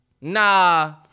Nah